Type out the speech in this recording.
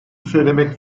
söylemek